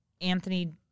Anthony